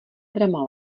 drama